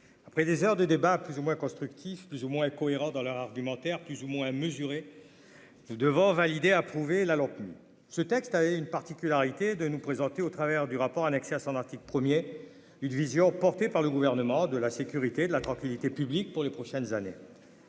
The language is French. après des heures de débats plus ou moins construite. Six plus ou moins cohérent dans leur argumentaire, plus ou moins mesurés. Nous devant valider approuvé la lampe, ce texte avait une particularité de nous présenter au travers du rapport annexé à son article 1er une vision portée par le gouvernement de la sécurité de la tranquillité publique pour les prochaines années.